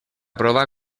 prova